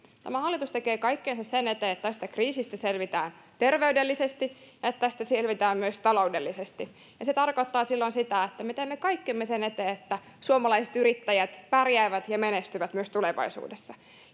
tämä hallitus tekee kaikkensa sen eteen että tästä kriisistä selvitään terveydellisesti ja että tästä selvitään myös taloudellisesti se tarkoittaa silloin sitä että me teemme kaikkemme sen eteen että suomalaiset yrittäjät pärjäävät ja menestyvät myös tulevaisuudessa